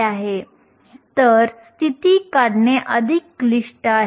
17 electron volt असते